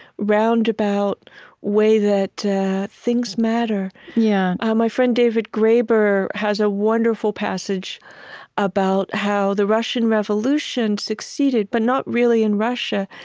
roundabout way that things matter yeah ah my friend david graber has a wonderful passage about how the russian revolution succeeded, but not really in russia.